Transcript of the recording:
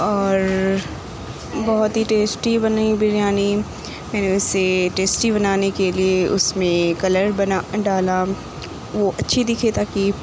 اور بہت ہی ٹیسٹی بنی بریانی میں نے اُسے ٹیسٹی بنانے کے لیے اُس میں کلر بنا ڈالا وہ اچھی دکھے تاکہ